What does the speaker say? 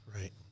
Right